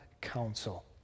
Council